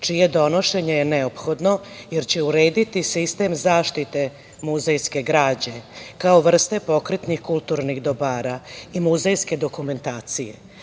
čije donošenje je neophodno, jer će urediti sistem zaštite muzejske građe kao vrste pokretnih kulturnih dobara i muzejske dokumentacije.